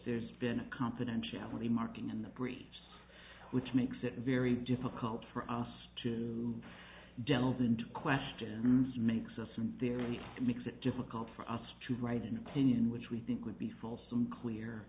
there's been a confidentiality marking in the briefs which makes it very difficult for us to delve into questions makes us and there really makes it difficult for us to write an opinion which we think would be fulsome clear